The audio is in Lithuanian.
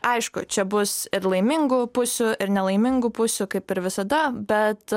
aišku čia bus ir laimingų pusių ir nelaimingų pusių kaip ir visada bet